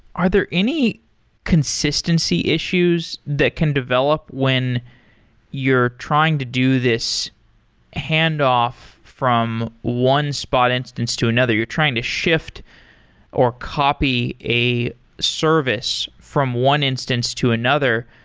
are there any consistency issues that can develop when you're trying to do this handoff from one spot instance to another? you're trying to shift of copy a service from one instance to another.